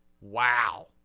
Wow